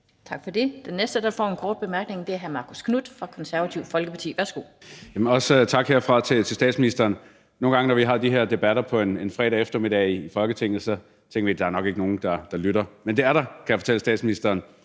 Tak for det. Den næste, der får en kort bemærkning, er hr. Marcus Knuth fra Det Konservative Folkeparti. Værsgo. Kl. 14:05 Marcus Knuth (KF): Også tak herfra til statsministeren. Nogle gange, når vi har de her debatter på en fredag eftermiddag i Folketinget, tænker vi, at der nok ikke er nogen, der lytter. Men det er der, kan jeg fortælle statsministeren.